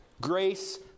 grace